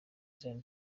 zion